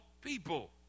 people